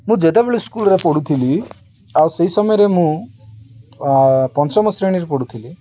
ମୁଁ ଯେତେବେଳେ ସ୍କୁଲରେ ପଢ଼ୁଥିଲି ଆଉ ସେହି ସମୟରେ ମୁଁ ପଞ୍ଚମ ଶ୍ରେଣୀରେ ପଢ଼ୁଥିଲି